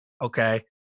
okay